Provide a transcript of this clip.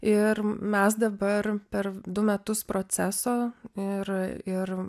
ir mes dabar per du metus proceso ir ir